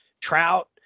trout